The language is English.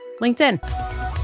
LinkedIn